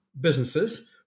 businesses